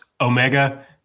Omega